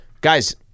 guys